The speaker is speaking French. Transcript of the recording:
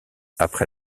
après